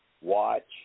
watch